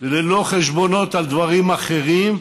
ללא חשבונות על דברים אחרים,